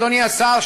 אדוני השר,